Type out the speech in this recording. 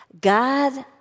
God